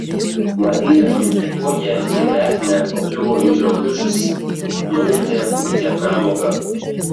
matydami į kokią kebeknę pakliuvo jų draugužis nujautė puikią pramogą